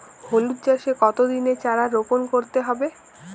হলুদ চাষে কত দিনের চারা রোপন করতে হবে?